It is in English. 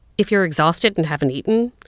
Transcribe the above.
if you're exhausted and haven't eaten,